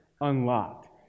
unlocked